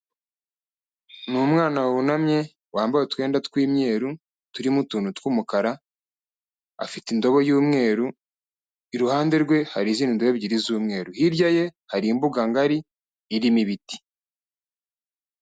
Ni umwana wunamye wambaye utwenda tw'imyeru turimo utuntu tw'umukara, afite indobo y'umweru, iruhande rwe hari izindi ndobo ebyiri z'umweru, hirya ye hari imbuga ngari irimo ibiti.